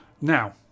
Now